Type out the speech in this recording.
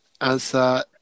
answer